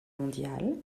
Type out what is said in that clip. mondiale